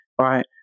right